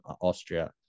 Austria